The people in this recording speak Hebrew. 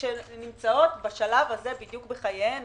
שנמצאות בשלב המסוכן בחייהן.